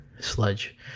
sludge